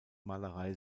malerei